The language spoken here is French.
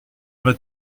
m’a